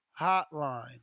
Hotline